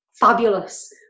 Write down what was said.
fabulous